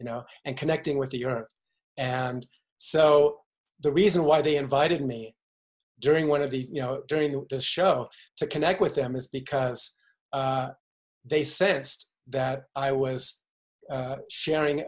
you know and connecting with the earth and so the reason why they invited me during one of the you know during the show to connect with them is because they sensed that i was sharing